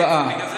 בגלל זה